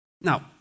Now